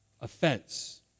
offense